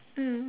mm